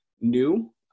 new